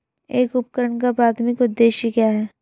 एक उपकरण का प्राथमिक उद्देश्य क्या है?